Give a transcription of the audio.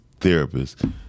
therapists